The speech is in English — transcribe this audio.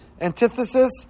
antithesis